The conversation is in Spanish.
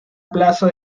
plaza